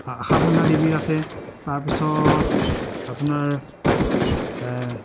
আশাপূৰ্ণা দেৱীৰ আছে তাৰপিছত আপোনাৰ